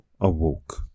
awoke